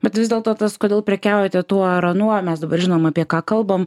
bet vis dėlto tas kodėl prekiaujate tuo ar anuo mes dabar žinom apie ką kalbam